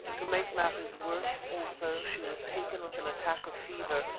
to make matters worse, also, she was taken with an attack of fever,